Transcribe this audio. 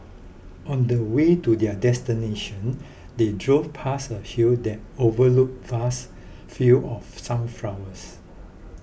on the way to their destination they drove past a hill that overlooked vast fields of sunflowers